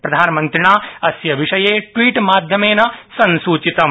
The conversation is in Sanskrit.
प्रधानमन्त्रिणा अस्य विषये ट्वीट माध्यमेन संसूचितम्